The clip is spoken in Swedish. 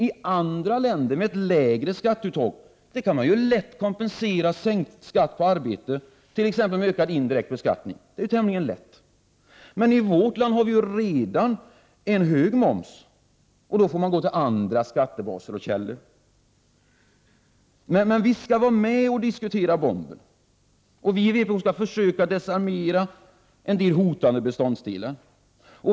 I andra länder med lägre skatteuttag kan man tämligen lätt kompensera sänkt skatt på arbete med t.ex. ökad indirekt beskattning, men i vårt land har vi redan en hög moms. Då får man gå till andra skattebaser och källor. Men visst skall vi i vpk vara med och diskutera bomben och försöka desarmera en del av dess hotande beståndsdelar.